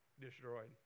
destroyed